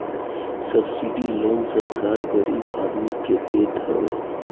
subsidy loan सरकार गरीब आदमी के देत हवे